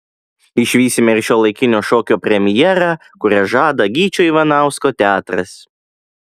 išvysime ir šiuolaikinio šokio premjerą kurią žada gyčio ivanausko teatras